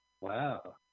wow